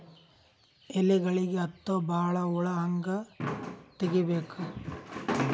ಎಲೆಗಳಿಗೆ ಹತ್ತೋ ಬಹಳ ಹುಳ ಹಂಗ ತೆಗೀಬೆಕು?